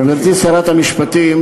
גברתי שרת המשפטים,